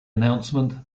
announcement